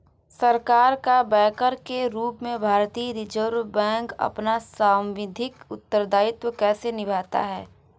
सरकार का बैंकर के रूप में भारतीय रिज़र्व बैंक अपना सांविधिक उत्तरदायित्व कैसे निभाता है?